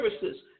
services